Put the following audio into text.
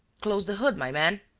close the hood, my man,